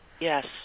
Yes